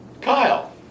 Kyle